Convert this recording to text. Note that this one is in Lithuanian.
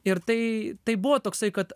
ir tai tai buvo toksai kad